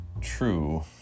true